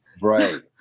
Right